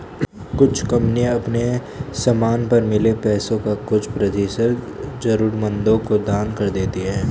कुछ कंपनियां अपने समान पर मिले पैसे का कुछ प्रतिशत जरूरतमंदों को दान कर देती हैं